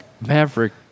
Maverick